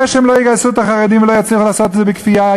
זה שהם לא יגייסו את החרדים ולא יצליחו לעשות את זה בכפייה,